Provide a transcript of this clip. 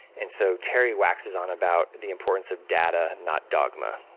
and so terry waxes on about the importance of data not dogma.